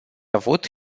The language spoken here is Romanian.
avut